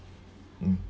mm